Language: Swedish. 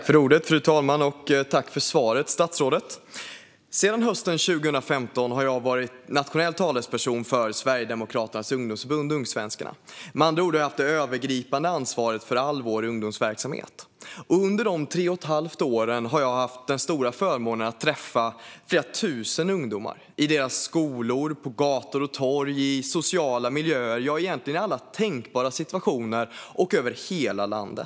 Fru talman! Tack, statsrådet, för svaret! Sedan hösten 2015 har jag varit nationell talesperson för Sverigedemokraternas ungdomsförbund Ungsvenskarna. Med andra ord har jag haft det övergripande ansvaret för all vår ungdomsverksamhet. Under de tre och ett halvt åren har jag haft den stora förmånen att träffa flera tusen ungdomar i deras skolor, på gator och torg, i sociala miljöer - ja, egentligen i alla tänkbara situationer över hela landet.